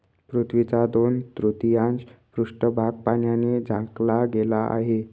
पृथ्वीचा दोन तृतीयांश पृष्ठभाग पाण्याने झाकला गेला आहे